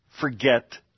forget